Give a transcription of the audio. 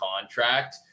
contract